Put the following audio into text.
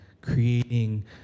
creating